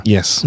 Yes